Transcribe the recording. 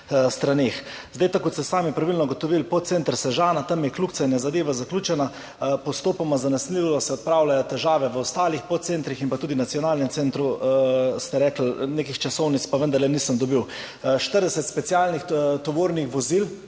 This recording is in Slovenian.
Tako kot ste sami pravilno ugotovili, podcenter Sežana, tam je kljukica in je zadeva zaključena, postopoma, zanesljivo se odpravljajo težave v ostalih podcentrih in tudi v nacionalnem centru ste rekli, nekih časovnic pa vendarle nisem dobil. 40 specialnih tovornih vozil,